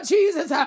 Jesus